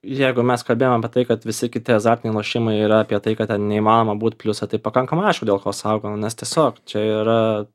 jeigu mes kalbėjom apie tai kad visi kiti azartiniai lošimai yra apie tai kad ten neįmanoma būt pliuse tai pakankamai aišku dėl ko saugo nes tiesiog čia yra